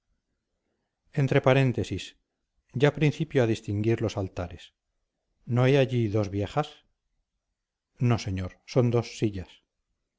entre paréntesis ya principio a distinguir los altares no hay allí dos viejas no señor son dos sillas